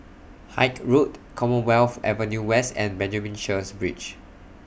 Haig Road Commonwealth Avenue West and Benjamin Sheares Bridge